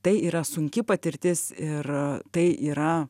tai yra sunki patirtis ir tai yra